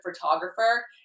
photographer